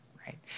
right